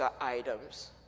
items